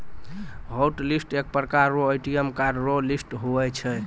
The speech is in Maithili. हॉटलिस्ट एक प्रकार रो ए.टी.एम कार्ड रो लिस्ट हुवै छै